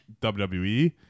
WWE